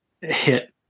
hit